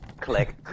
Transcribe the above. Click